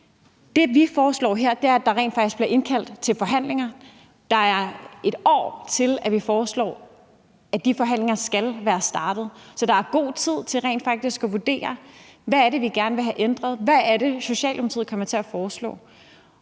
Det, vi foreslår her, er, at der rent faktisk bliver indkaldt til forhandlinger. Vi foreslår, at de forhandlinger skal være startet inden for 1 år, så der er god tid til rent faktisk at vurdere, hvad det er, vi gerne vil have ændret, og hvad det er, Socialdemokratiet kommer til at foreslå.